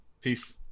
Peace